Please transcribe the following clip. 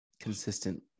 Consistent